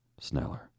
Sneller